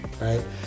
right